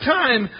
time